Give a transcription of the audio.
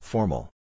Formal